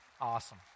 Awesome